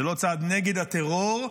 זה לא צעד נגד הטרור,